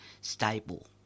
stable